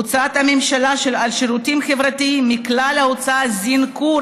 הוצאות הממשלה על שירותים חברתיים מכלל ההוצאה זינקו,